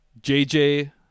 JJ